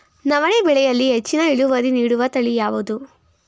ನವಣೆ ಬೆಳೆಯಲ್ಲಿ ಹೆಚ್ಚಿನ ಇಳುವರಿ ನೀಡುವ ತಳಿ ಯಾವುದು?